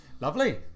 lovely